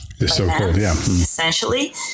essentially